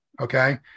okay